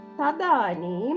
tadani